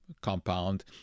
compound